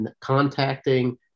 contacting